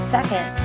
Second